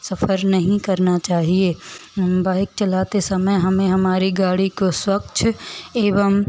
सफ़र नहीं करना चाहिए बाइक चलाते समय हमें हमारी गाड़ी को स्वच्छ एवं